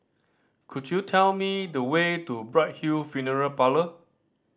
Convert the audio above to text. could you tell me the way to Bright Hill Funeral Parlour